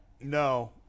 No